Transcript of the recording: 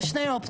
יש 3 אופציות.